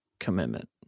commitment